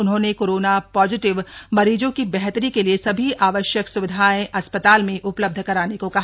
उन्होंने corona positive मरीजों की बेहतरी के लिए सभी आवश्यक स्विधाएं अस्पताल में उपलब्ध कराने को कहा